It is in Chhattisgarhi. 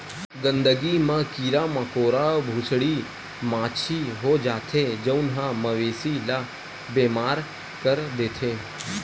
गंदगी म कीरा मकोरा, भूसड़ी, माछी हो जाथे जउन ह मवेशी ल बेमार कर देथे